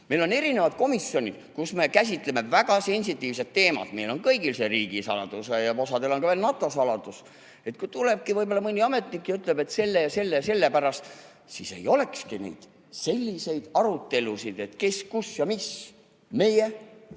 Meil on erinevad komisjonid, kus me käsitleme väga sensitiivseid teemasid. Meil on kõigil riigisaladuse ja osal on ka veel NATO saladuse [luba]. Kui tulebki võib-olla mõni ametnik ja ütleb, et selle, selle ja selle pärast, siis ei olekski neid selliseid arutelusid, et kes, kus ja mis. Meie